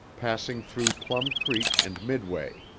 passing through plum creek and midway